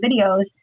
videos